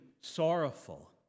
sorrowful